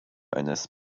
eines